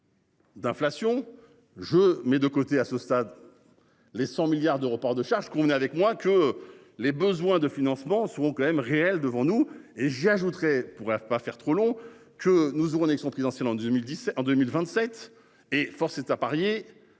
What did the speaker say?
D'inflation. Je mets de côté à ce stade. Les 100 milliards de reports de charges que vous venez avec moi, que les besoins de financement sous quand même réelle devant nous et j'ajouterai pourrait pas faire trop long que nous aurons Nexon présidentielle en 2010 et en 2027 et force est à parier